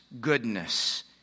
goodness